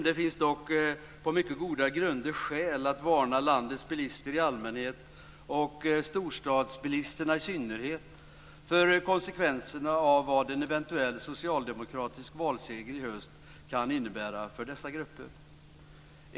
Det finns dock på mycket goda grunder skäl att varna landets bilister i allmänhet och storstadsbilisterna i synnerhet för konsekvenserna av vad en eventuell socialdemokratisk valseger i höst kan innebära för dessa grupper.